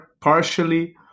partially